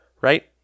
Right